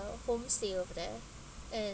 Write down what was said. homestay over there and